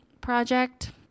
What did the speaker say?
project